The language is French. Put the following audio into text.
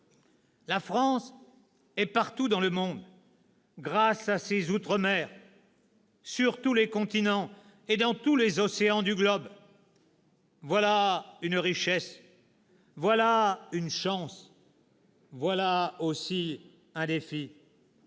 La France est partout dans le monde grâce à ses outre-mer, sur tous les continents et dans tous les océans du globe. Voilà une richesse, voilà une chance, voilà un défi,